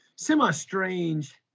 semi-strange